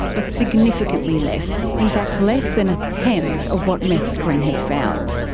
but significantly less, in fact less than a tenth of what meth screen had found.